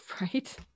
Right